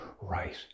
right